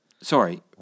Sorry